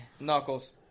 Knuckles